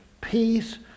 peace